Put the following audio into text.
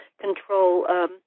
control